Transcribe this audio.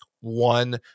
one